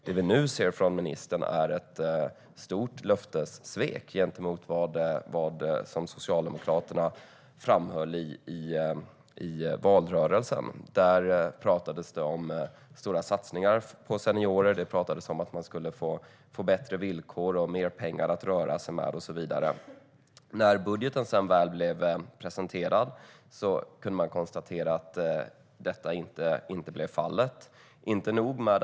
Det vi nu ser från ministern är ett stort löftessvek gentemot det Socialdemokraterna framhöll i valrörelsen. Där pratades det om stora satsningar på seniorer. Det pratades om att de skulle få bättre villkor, mer pengar att röra sig med och så vidare. När budgeten sedan presenterades kunde vi konstatera att detta inte blev fallet.